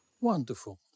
Wonderful